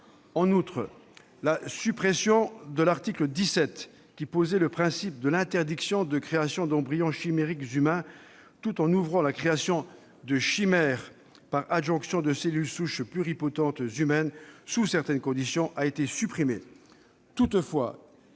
En outre, la suppression de l'article 17, qui posait le principe de l'interdiction de création d'embryons chimériques humains tout en ouvrant la création de chimères par adjonction de cellules souches pluripotentes humaines sous certaines conditions, a été supprimée.